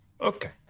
Okay